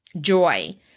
joy